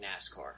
NASCAR